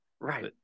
right